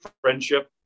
friendship